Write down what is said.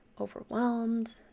Overwhelmed